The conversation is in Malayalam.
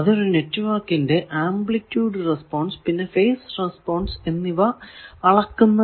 അത് ഒരു നെറ്റ്വർക്കിന്റെ ആംപ്ലിറ്റൂഡ് റെസ്പോൺസ് പിന്നെ ഫേസ് റെസ്പോൺസ് എന്നിവ അളക്കുന്നതിനെയാണ് പറയുന്നത്